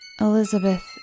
Elizabeth